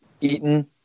Eaton